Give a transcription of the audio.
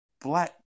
black